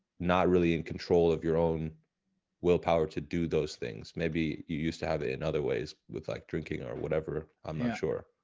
not really in control of your own willpower to do those things. maybe you used to have in other ways with like drinking or whatever, i'm not sure.